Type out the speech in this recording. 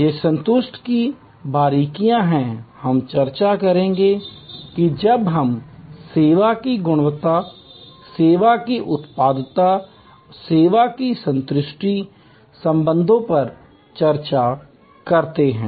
ये संतुष्टि की बारीकियां हैं हम चर्चा करेंगे कि जब हम सेवा की गुणवत्ता सेवा उत्पादकता और ग्राहक संतुष्टि संबंधों पर चर्चा करते हैं